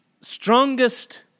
strongest